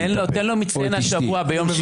תן לו מצטיין השבוע ביום שישי.